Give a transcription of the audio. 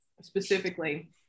Specifically